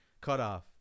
cut-off